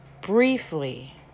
Briefly